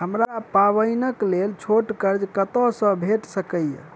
हमरा पाबैनक लेल छोट कर्ज कतऽ सँ भेटि सकैये?